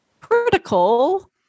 critical